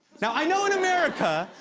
now, i know in america,